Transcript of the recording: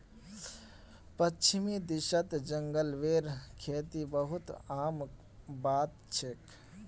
पश्चिमी देशत जंगलेर खेती बहुत आम बात छेक